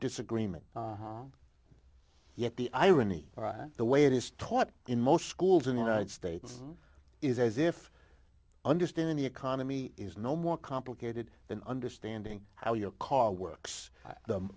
disagreement yet the irony the way it is taught in most schools in the united states is as if understanding the economy is no more complicated than understanding how your car works the